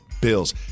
Bills